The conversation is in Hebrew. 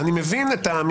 ובין אם אתה אומר את זה